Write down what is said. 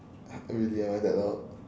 really am I that loud